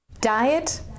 diet